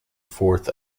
fourth